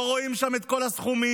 לא רואים שם את כל הסכומים,